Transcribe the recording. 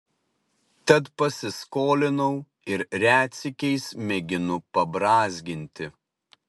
tad pasiskolinau ir retsykiais mėginu pabrązginti